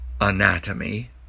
anatomy